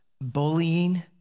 bullying